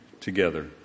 together